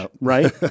right